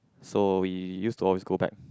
so we used to always go back